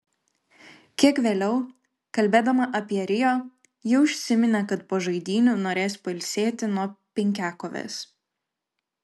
kiek vėliau kalbėdama apie rio ji užsiminė kad po žaidynių norės pailsėti nuo penkiakovės